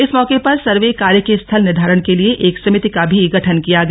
इस मौके पर सर्वे कार्य के स्थल निर्धारण के लिए एक समिति का भी गठन किया गया